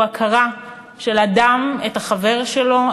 הוא הכרה של אדם את החבר שלו,